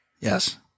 Yes